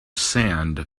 sand